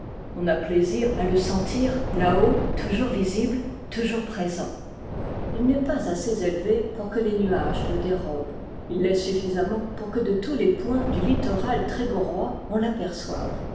on a plaisir à le sentir làhaut toujours visible toujours présent il n'est pas assez élevé pour que les nuages le dérobent il l'est suffisamment pour que de tous les points du littoral trégorrois on